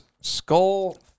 skull